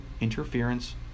interference